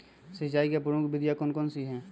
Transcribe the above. सिंचाई की प्रमुख विधियां कौन कौन सी है?